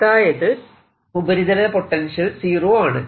അതായത് ഉപരിതല potential zero ആണ്